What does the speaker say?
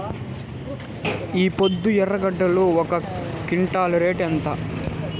ఈపొద్దు ఎర్రగడ్డలు ఒక క్వింటాలు రేటు ఎంత?